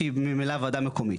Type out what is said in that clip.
שהיא ממילא וועדה מקומית,